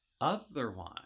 Otherwise